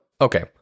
okay